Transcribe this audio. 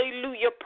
hallelujah